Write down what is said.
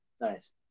nice